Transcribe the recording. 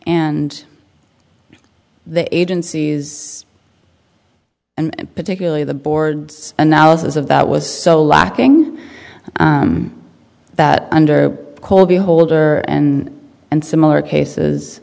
and the agencies and particularly the board's analysis of that was so lacking that under colby holder and and similar cases